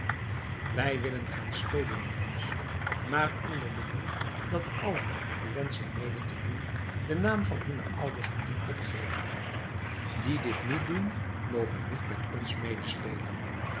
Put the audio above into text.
wij willen gaan spelen jongens maar onder beding dat allen die wenschen mede te doen den naam van hunne ouders moeten opgeven die dit niet doen mogen niet met ons